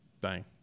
bang